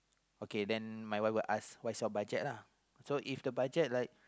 okay then my wife will ask what is your budget lah so if the budget like